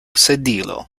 sedilo